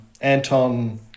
Anton